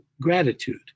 gratitude